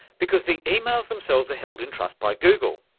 because the emails themselves are held in trust by google,